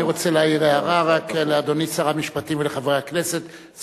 אני רוצה רק להעיר הערה לאדוני שר המשפטים ולחברי הכנסת,